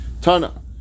Tana